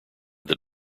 that